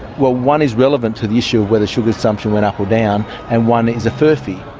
well, one is relevant to the issue of whether sugar consumption went up or down and one is a furphy.